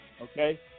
okay